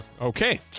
Okay